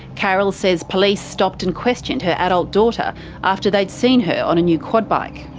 carol says police stopped and questioned her adult daughter after they'd seen her on a new quad bike.